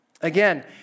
Again